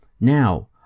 Now